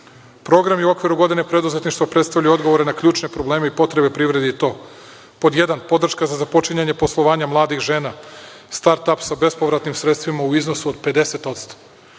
Programi u okviru „Godine preduzetništva“ predstavljaju odgovore na ključne probleme i potrebe privrede i to pod jedan – podrška za započinjanje poslovanja mladih žena (start-ap) sa bespovratnim sredstvima u iznosu od 50%.